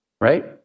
right